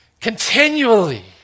continually